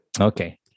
Okay